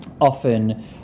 often